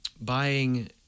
buying